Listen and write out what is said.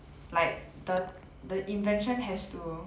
like the the invention has to